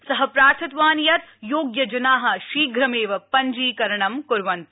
स प्रार्थितवान् यत् योग्यजना शीघ्रमेव पंजीकरणं कुर्वन्तु